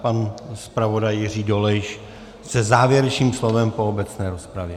Pan zpravodaj Jiří Dolejš se závěrečným slovem po obecné rozpravě.